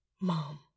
Mom